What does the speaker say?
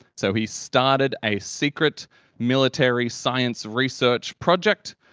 so he started a secret military science research project,